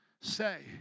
say